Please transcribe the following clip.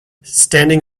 standing